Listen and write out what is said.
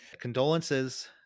condolences